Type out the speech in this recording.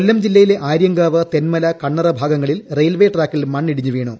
കൊല്ലം ജില്ലയിലെ ആര്യങ്കാവ് തെന്മല കണ്ണറ ഭാഗങ്ങളിൽ റെയിൽവേ ട്രാക്കിൽ മണ്ണ് ഇടിഞ്ഞ് വീണു